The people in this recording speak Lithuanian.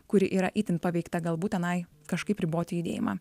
kuri yra itin paveikta galbūt tenai kažkaip riboti judėjimą